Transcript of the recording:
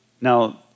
Now